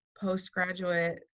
postgraduate